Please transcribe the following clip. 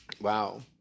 Wow